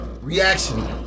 reaction